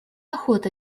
охота